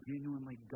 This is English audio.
genuinely